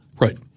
Right